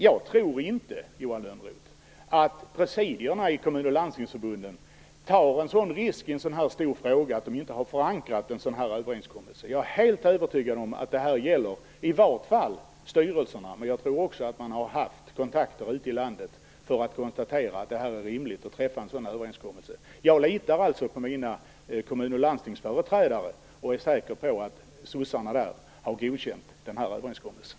Jag tror inte, Johan Lönnroth, att presidierna i Kommun och Landstingsförbunden tar en sådan risk i en så här stor fråga att de inte har förankrat en sådan här överenskommelse. Jag är helt övertygad om att det här gäller, i vart fall styrelserna, men jag tror också att man har haft kontakter ute i landet för att konstatera att det är rimligt att träffa en sådan överenskommelse. Jag litar på mina kommun och landstingsföreträdare och är säker på att sossarna där har godkänt den här överenskommelsen.